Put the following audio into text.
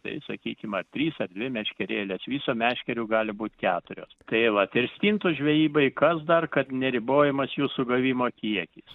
tai sakykim ar trys ar dvi meškerėlės viso meškerių gali būti keturios tai vat ir stintų žvejybai kas dar kad neribojamas jų sugavimo kiekis